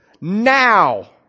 Now